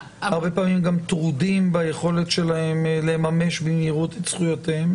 הרבה פעמים גם טרודים ביכולת שלהם לממש במהירות את זכויותיהם.